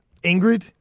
Ingrid